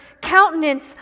countenance